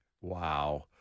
wow